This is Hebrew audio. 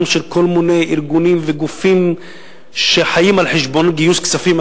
של כל מיני ארגונים וגופים שחיים על חשבון גיוס כספים,